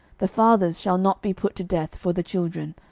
the fathers shall not be put to death for the children,